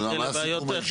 כרגע אין סיכום.